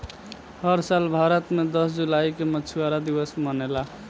हर साल भारत मे दस जुलाई के मछुआरा दिवस मनेला